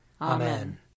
Amen